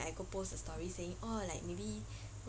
then I go post a story saying orh like maybe